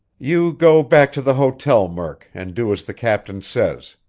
you go back to the hotel, murk, and do as the captain says,